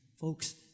Folks